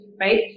right